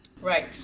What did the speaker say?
Right